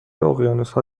اقیانوسها